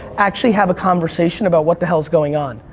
actually have a conversation about what the hell's going on.